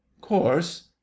Course